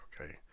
okay